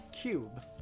cube